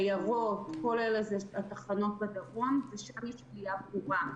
עיירות - כל אלה תחנות בדרום ושם יש עלייה ברורה.